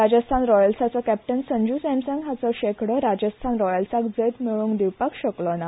राजस्थान रॉयल्साचो मुखेली संजू सॅमसंग हाचो शेंकडो राजस्थान रॉयल्सान जैत मेळोवन दिवपाक शकलो ना